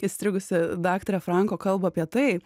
įstrigusi daktarė franko kalba apie tai